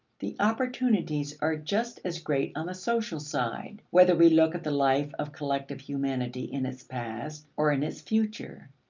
the opportunities are just as great on the social side, whether we look at the life of collective humanity in its past or in its future.